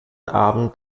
abend